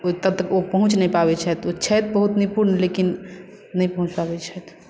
ओतय तक ओ पहुँच नहि पबैत छथि ओ छथि बहुत निपुण लेकिन नहि पहुँच पाबैत छथि